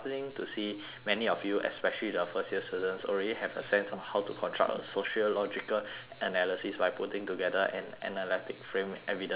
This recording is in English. many of you especially the first year students already have a sense on how to construct a sociological analysis by putting together an analytic frame evidence et cetera